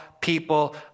people